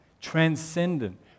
transcendent